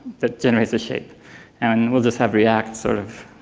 that generates a shape and we'll just have react sort of